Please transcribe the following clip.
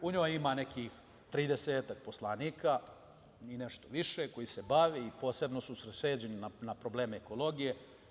U njoj ima nekih tridesetak poslanika i nešto više, koji se bave i posebno su usredsređeni na probleme ekologije.